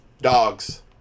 dogs